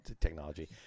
Technology